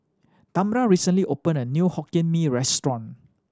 Tamra recently opened a new Hokkien Mee restaurant